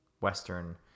Western